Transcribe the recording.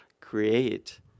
create